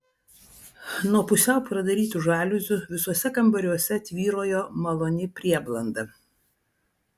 nuo pusiau pradarytų žaliuzių visuose kambariuose tvyrojo maloni prieblanda